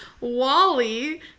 Wally